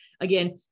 again